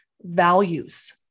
values